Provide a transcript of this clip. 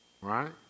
Right